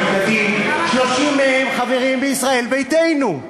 30 מהם חברים בישראל ביתנו,